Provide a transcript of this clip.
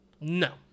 No